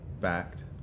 backed